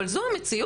אבל זו המציאות.